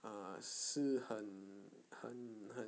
ah 是很很很